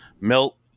Milt